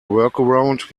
workaround